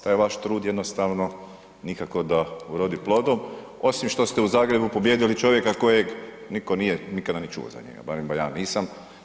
Taj vaš trud jednostavno nikako da urodi plodom, osim što ste u Zagrebu pobijedili čovjeka kojeg nitko nije nikada ni čuo za njega, barem ja nisam.